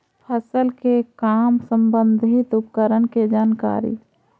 फसल के काम संबंधित उपकरण के जानकारी?